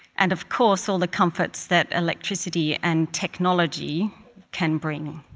and of course all the comforts that electricity and technology can bring.